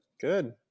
Good